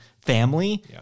family